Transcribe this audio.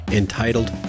entitled